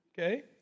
Okay